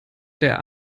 der